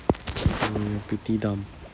um pretty dumb